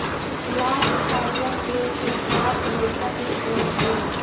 plant fibre पेड़ से प्राप्त रेशा के स्रोत हई